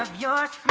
ah yard